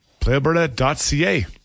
PlayAlberta.ca